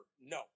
No